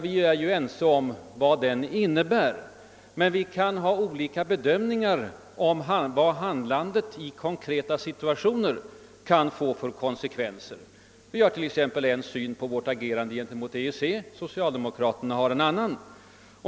Vi är överens om vår neutralitetspo litik, men vi kan ha olika bedömningar av vad handlandet i olika konkreta situationer kan få för konsekvenser. Det parti jag företräder har t.ex. en syn på vårt agerande gentemot EEC, socialdemokraterna en annan.